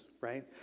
right